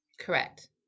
Correct